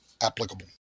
applicable